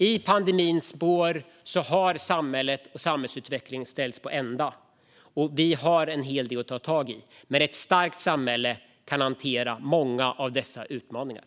I pandemins spår har samhället och samhällsutvecklingen ställts på ända. Vi har en hel del att ta tag i. Men ett starkt samhälle kan hantera många av dessa utmaningar.